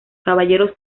caballeros